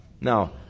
Now